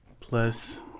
plus